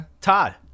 Todd